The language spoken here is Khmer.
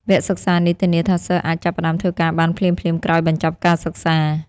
វគ្គសិក្សានេះធានាថាសិស្សអាចចាប់ផ្តើមធ្វើការបានភ្លាមៗក្រោយបញ្ចប់ការសិក្សា។